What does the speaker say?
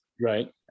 Right